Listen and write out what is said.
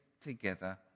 together